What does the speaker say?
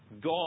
God